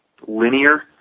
linear